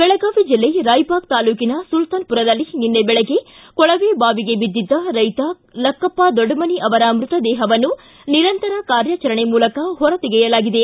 ಬೆಳಗಾವಿ ಜಿಲ್ಲೆ ರಾಯಬಾಗ ತಾಲ್ಡೂಕಿನ ಸುಲ್ತಾನಪುರದಲ್ಲಿ ನಿನ್ನೆ ಬೆಳಗ್ಗೆ ಕೊಳವೆ ಬಾವಿಗೆ ಬಿದ್ದಿದ್ದ ರೈತ ಲಕ್ಷಪ್ಪ ದೊಡಮನಿ ಅವರ ಮೃತದೇಪವನ್ನು ನಿರಂತರ ಕಾರ್ಯಾಚರಣೆ ಮೂಲಕ ಹೊರತೆಗೆಯಲಾಗಿದೆ